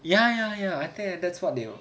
ya ya ya I think that's what they will